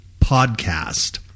podcast